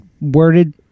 worded